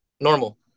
Normal